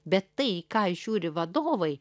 bet tai į ką žiūri vadovai